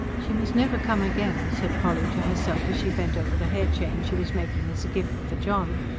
she must never come again, said polly to herself, as she bent over the hair-chain she was making as a gift for john.